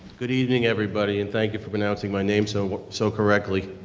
good evening everybody and thank you for pronouncing my name so but so correctly.